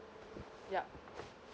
yup